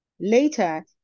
Later